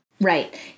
Right